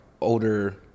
older